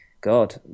God